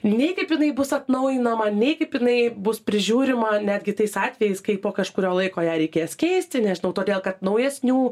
nei kaip jinai bus atnaujinama nei kaip jinai bus prižiūrima netgi tais atvejais kai po kažkurio laiko ją reikės keisti nežinau todėl kad naujesnių